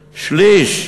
שליש.